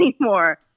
anymore